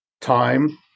time